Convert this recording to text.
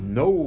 no